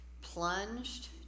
plunged